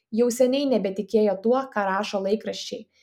jau seniai nebetikėjo tuo ką rašo laikraščiai